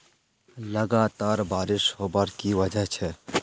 लगातार बारिश होबार की वजह छे?